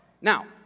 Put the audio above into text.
Now